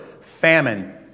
famine